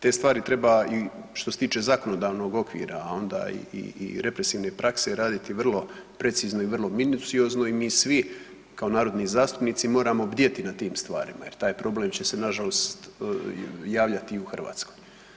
Te stvari treba i što se tiče zakonodavnog okvira, a onda i represivne prakse raditi vrlo precizno i vrlo minuciozno i mi svi kao narodni zastupnici moramo bdjeti na tim stvarima jer taj problem će se nažalost javljati i u Hrvatskoj.